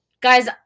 Guys